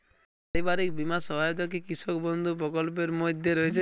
পারিবারিক বীমা সহায়তা কি কৃষক বন্ধু প্রকল্পের মধ্যে রয়েছে?